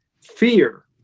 fear